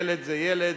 ילד זה ילד,